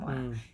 mm